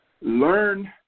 Learn